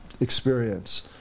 experience